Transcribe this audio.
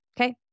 okay